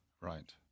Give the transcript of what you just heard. Right